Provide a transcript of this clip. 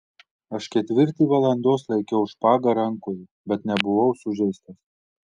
aš ketvirtį valandos laikiau špagą rankoje bet nebuvau sužeistas